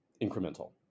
incremental